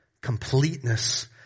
Completeness